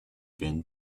been